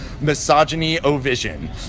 misogyny-o-vision